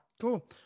cool